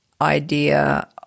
idea